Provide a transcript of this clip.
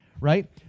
right